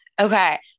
Okay